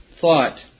thought